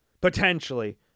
Potentially